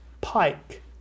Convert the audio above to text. Pike